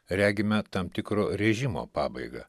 regime tam tikro režimo pabaigą